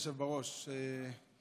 אדוני היושב-ראש,